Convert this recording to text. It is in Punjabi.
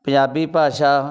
ਪੰਜਾਬੀ ਭਾਸ਼ਾ